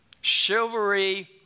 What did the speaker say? Chivalry